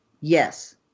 Yes